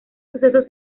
sucesos